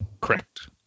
Correct